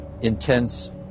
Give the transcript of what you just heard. intense